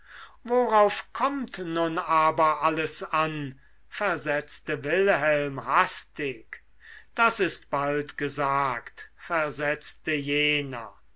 worauf kommt nun aber alles an versetzte wilhelm hastig das ist bald gesagt versetzte jener